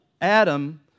Adam